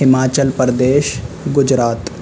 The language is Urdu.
ہماچل پردیش گجرات